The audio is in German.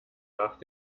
nach